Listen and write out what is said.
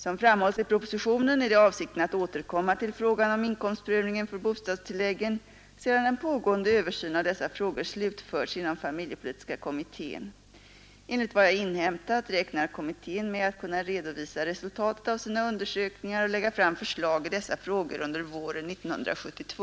Som framhålls i propositionen är det avsikten att återkomma till frågan om inkomstprövningen för bostadstilläggen sedan en pågående översyn av dessa frågor slutförts inom familjepolitiska kommittén. Enligt vad jag inhämtat räknar kommittén med att kunna redovisa resultatet av sina undersökningar och lägga fram förslag i dessa frågor under våren 1972.